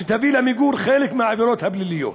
שתביא למיגור חלק מהעבירות הפליליות.